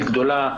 גדולה,